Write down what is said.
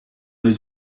les